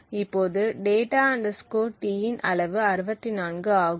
இப்போது data T இன் அளவு 64 ஆகும்